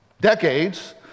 decades